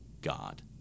God